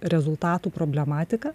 rezultatų problematiką